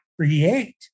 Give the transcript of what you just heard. create